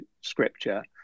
scripture